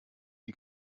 you